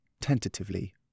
tentatively